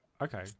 Okay